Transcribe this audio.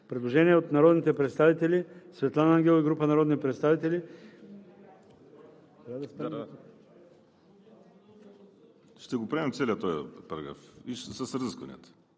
Предложение от народния представител Светлана Ангелова и група народни представители.